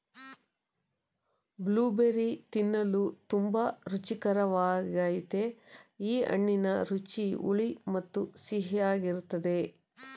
blueberry ತಿನ್ನಲು ತುಂಬಾ ರುಚಿಕರ್ವಾಗಯ್ತೆ ಈ ಹಣ್ಣಿನ ರುಚಿ ಹುಳಿ ಮತ್ತು ಸಿಹಿಯಾಗಿರ್ತದೆ